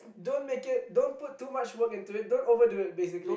don't make it don't put too much work into it don't overdo it basically